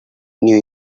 new